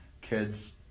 Kids